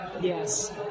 Yes